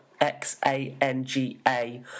X-A-N-G-A